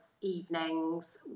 evenings